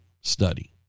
study